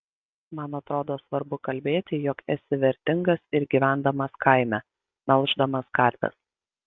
man atrodo svarbu kalbėti jog esi vertingas ir gyvendamas kaime melždamas karves